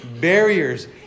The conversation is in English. barriers